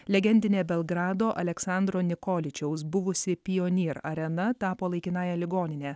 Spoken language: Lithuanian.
legendinė belgrado aleksandro nikoličiaus buvusi pioneer arena tapo laikinąja ligonine